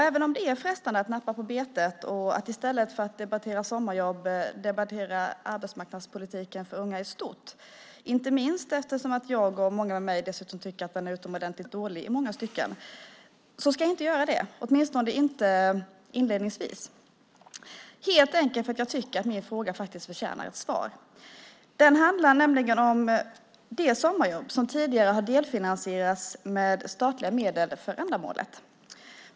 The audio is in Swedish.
Även om det är frestande att nappa på betet att i stället för att debattera sommarjobb debattera arbetsmarknadspolitiken för unga i stort, inte minst eftersom jag och många med mig dessutom tycker att den i många stycken är dålig, ska jag inte göra det - åtminstone inte inledningsvis. Det är helt enkelt för att jag tycker att min fråga förtjänar ett svar. Min fråga handlar om de sommarjobb som tidigare har delfinansierats med statliga medel för ändamålet.